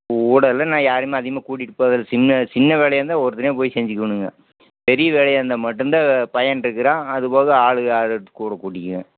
கூட எல்லாம் நான் யாரையுமே அதிகமாக கூட்டிகிட்டு போகிறதில்ல சின்ன சின்ன வேலையாக இருந்தால் ஒருத்தனே போய் செஞ்சுக்கேணுங்க பெரிய வேலையாக இருந்தால் மட்டுந்தான் பையன்டுக்குறான் அது போக ஆளுங்க ஆராச்சும் கூட கூட்டிக்குவேன்